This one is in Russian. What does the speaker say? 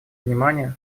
внимание